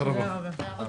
הישיבה ננעלה בשעה 12:00.